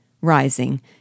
Rising